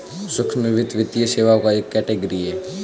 सूक्ष्म वित्त, वित्तीय सेवाओं का एक कैटेगरी है